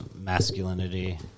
masculinity